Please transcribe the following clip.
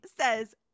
says